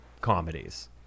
comedies